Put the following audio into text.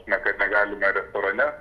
ne kad negalime retorane